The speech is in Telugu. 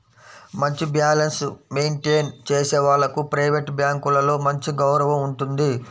మంచి బ్యాలెన్స్ మెయింటేన్ చేసే వాళ్లకు ప్రైవేట్ బ్యాంకులలో మంచి గౌరవం ఉంటుంది